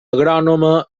agrònoma